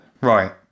Right